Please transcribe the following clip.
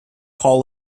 hall